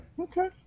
Okay